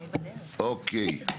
אוקיי.